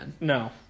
No